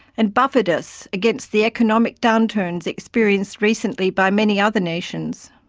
and buffered us against the economic downturns experienced recently by many other nations.